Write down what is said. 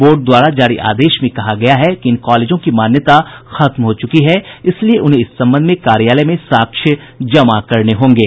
board द्वारा जारी आदेश में कहा गया है कि इन कॉलेजों की मान्यता खत्म हो चुकी है इसलिए उन्हें इस संबंध में कार्यालय में साक्ष्य जमा करने होंगे